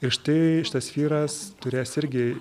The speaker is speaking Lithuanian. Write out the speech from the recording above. ir štai šitas vyras turės irgi